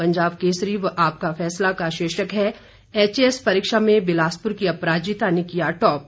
पंजाब केसरी व आपका फैसला का शीर्षक है एचएएस परीक्षा में बिलासपुर की अपराजिता ने किया टॉप